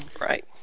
Right